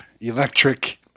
Electric